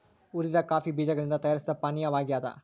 ಹುರಿದ ಕಾಫಿ ಬೀಜಗಳಿಂದ ತಯಾರಿಸಿದ ಪಾನೀಯವಾಗ್ಯದ